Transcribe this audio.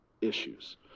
issues